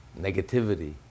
negativity